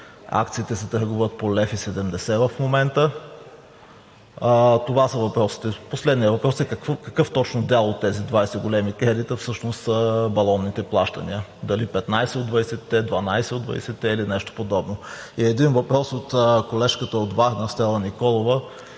акциите се търгуват по 1,70 лв. в момента. Това са въпросите. Последният въпрос е какъв точно дял от тези 20 големи кредита всъщност са балонните плащания – дали 15 от 20-те, 12 от 20-те или нещо подобно? И един въпрос от колежката от Варна – Стела Николова.